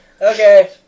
Okay